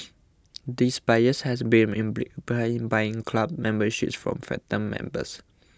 these buyers had been buying buying club memberships from phantom members